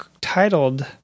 titled